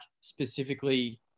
specifically